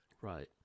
Right